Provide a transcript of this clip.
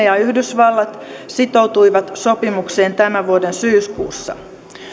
ja yhdysvallat sitoutuivat sopimukseen tämän vuoden syyskuussa